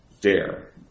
DARE